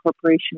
Corporation